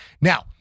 Now